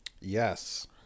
Yes